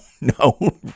no